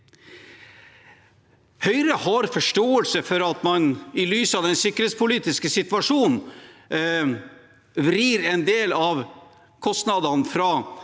Høyre har forståelse for at man i lys av den sikkerhetspolitiske situasjonen vrir en del av kostnadene fra